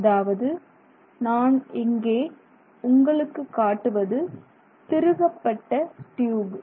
அதாவது நான் இங்கே உங்களுக்கு காட்டுவது திருகப்பட்ட டியூப்